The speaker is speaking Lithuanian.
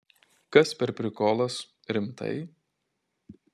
kas per prikolas rimtai